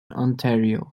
ontario